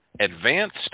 Advanced